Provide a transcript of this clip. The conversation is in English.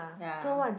ya